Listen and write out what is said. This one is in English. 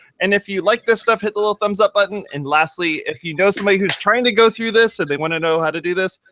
and if you like this stuff, hit the little thumbs up button and, lastly, if you know somebody who's trying to go through this, and they wanna know how to do this,